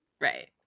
right